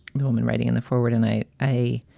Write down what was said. the woman writing in the forward tonight a.